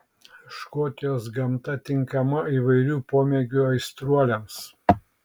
škotijos gamta tinkama įvairių pomėgių aistruoliams